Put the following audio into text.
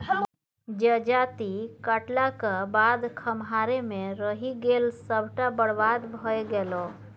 जजाति काटलाक बाद खम्हारे मे रहि गेल सभटा बरबाद भए गेलै